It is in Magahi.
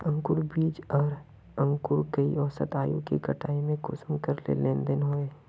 अंकूर बीज आर अंकूर कई औसत आयु के कटाई में कुंसम करे लेन देन होए?